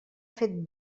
fet